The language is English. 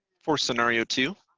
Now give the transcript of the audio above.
for scenario two,